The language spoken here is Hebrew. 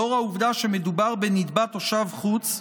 לאור העובדה שמדובר בנתבע תושב חוץ,